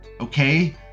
Okay